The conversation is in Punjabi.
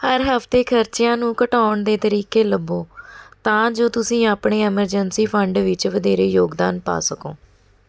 ਹਰ ਹਫ਼ਤੇ ਖਰਚਿਆਂ ਨੂੰ ਘਟਾਉਣ ਦੇ ਤਰੀਕੇ ਲੱਭੋ ਤਾਂ ਜੋ ਤੁਸੀਂ ਆਪਣੇ ਐਮਰਜੈਂਸੀ ਫੰਡ ਵਿੱਚ ਵਧੇਰੇ ਯੋਗਦਾਨ ਪਾ ਸਕੋ